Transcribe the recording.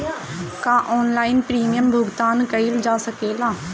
का online premium भुगतान कईल जा सकेला?